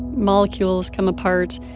molecules come apart,